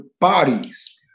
bodies